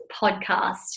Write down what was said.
podcast